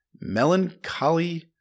Melancholy